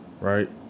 right